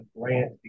grant